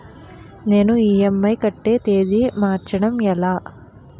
నేను ఇ.ఎం.ఐ కట్టే తేదీ మార్చడం ఎలా?